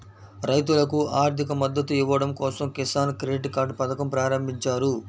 రైతులకు ఆర్థిక మద్దతు ఇవ్వడం కోసం కిసాన్ క్రెడిట్ కార్డ్ పథకం ప్రారంభించారు